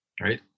right